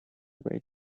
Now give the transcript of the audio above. station